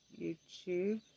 YouTube